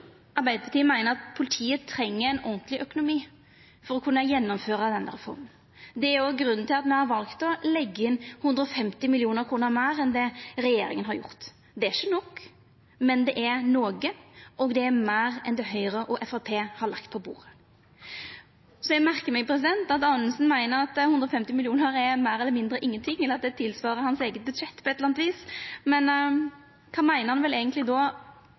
politiet treng ein ordentleg økonomi for å kunna gjennomføra denne reforma. Det er òg grunnen til at me har valt å leggja inn 150 mill. kr meir enn det regjeringa har gjort. Det er ikkje nok, men det er noko – og det er meir enn det Høgre og Framstegspartiet har lagt på bordet. Eg merkar meg at Anundsen meiner at 150 mill. kr er meir eller mindre ingenting, eller at det tilsvarar hans eige budsjett på eitt eller anna vis. Kva meiner han eigentleg då